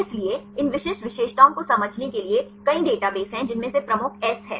इसलिए इन विशिष्ट विशेषताओं को समझने के लिए कई डेटाबेस हैं जिनमें से प्रमुख S है